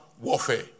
warfare